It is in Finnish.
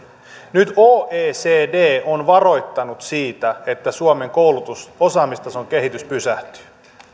nyt oecd on varoittanut siitä että suomen koulutus osaamistason kehitys pysähtyy